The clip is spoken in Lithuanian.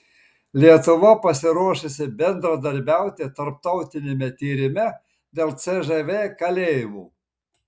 lietuva pasiruošusi bendradarbiauti tarptautiniame tyrime dėl cžv kalėjimų